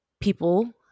people